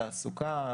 תעסוקה,